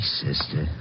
sister